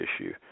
issue